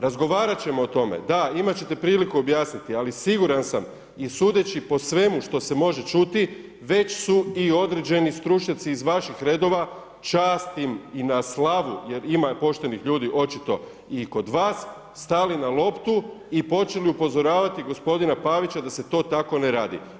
Razgovarat ćemo o tome, da, imat ćete priliku objasniti, ali siguran sam i sudeći po svemu što se može čuti, već su i određeni stručnjaci iz vaših redova, čast im i na slavu jer ima poštenih ljudi očito i kod vas, stali na loptu i počeli upozoravati gospodina Pavića da se to tako ne radi.